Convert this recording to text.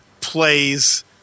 plays